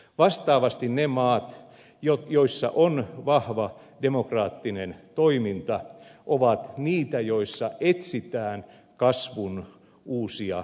vastaavasti ne maat joissa on vahva demokraattinen toiminta ovat niitä joissa etsitään kasvun uusia sisältöjä